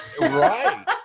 Right